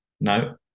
no